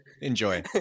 enjoy